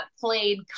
played